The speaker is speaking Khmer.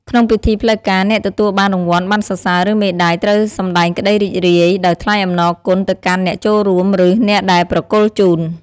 ក្នុងពិធីផ្លូវការ អ្នកទទួលបានរង្វាន់ ប័ណ្ណសរសើរ ឬមេដាយ ត្រូវសម្ដែងក្ដីរីករាយដោយថ្លែងអំណរគុណទៅកាន់អ្នកចូលរួម ឬ អ្នកដែលប្រគល់ជូន។